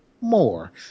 more